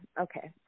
Okay